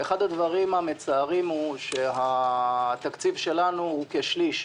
אחד הדברים המצערים הוא שהתקציב שלנו הוא כשליש,